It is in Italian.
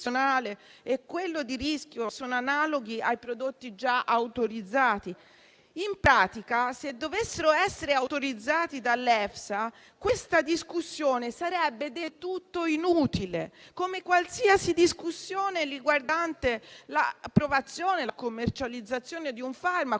e quello di rischio sono analoghi ai prodotti già autorizzati. In pratica, se questi prodotti dovessero essere autorizzati dall'EFSA, questa discussione sarebbe del tutto inutile, come qualsiasi discussione riguardante l'approvazione e la commercializzazione di un farmaco,